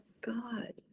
God